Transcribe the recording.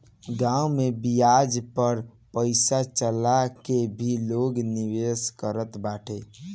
गांव में बियाज पअ पईसा चला के भी लोग निवेश करत बाटे